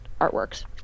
artworks